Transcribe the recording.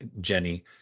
Jenny